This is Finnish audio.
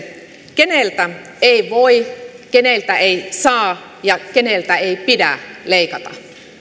keneltä ei voi keneltä ei saa ja keneltä ei pidä leikata